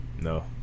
No